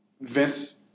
Vince